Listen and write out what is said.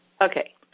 Okay